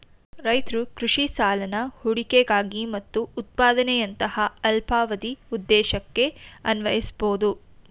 ರೈತ್ರು ಕೃಷಿ ಸಾಲನ ಹೂಡಿಕೆಗಾಗಿ ಮತ್ತು ಉತ್ಪಾದನೆಯಂತಹ ಅಲ್ಪಾವಧಿ ಉದ್ದೇಶಕ್ಕೆ ಅನ್ವಯಿಸ್ಬೋದು